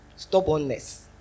Stubbornness